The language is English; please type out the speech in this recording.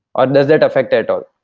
on that affected